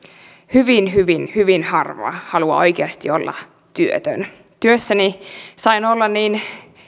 hyvin hyvin hyvin harva haluaa oikeasti olla työtön työssäni sain olla niin